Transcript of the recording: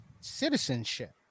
citizenship